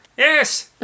Yes